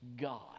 God